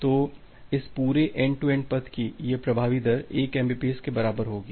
तो इस पूरे एंड टू एंड पथ की यह प्रभावी दर 1 एमबीपीएस के बराबर होगी